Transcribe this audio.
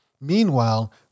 Meanwhile